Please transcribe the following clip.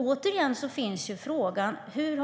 Återigen uppstår alltså frågan hur